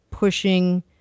pushing